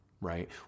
right